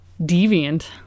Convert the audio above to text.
deviant